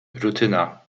rutyna